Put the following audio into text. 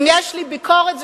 אם יש לי ביקורת,